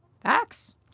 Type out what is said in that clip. Facts